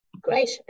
Great